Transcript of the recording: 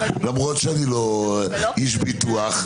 למרות שאני לא איש ביטוח.